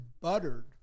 buttered